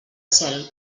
cel